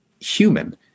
human